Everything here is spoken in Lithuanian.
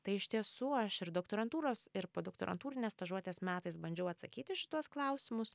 tai iš tiesų aš ir doktorantūros ir podoktorantūrinės stažuotės metais bandžiau atsakyti į šituos klausimus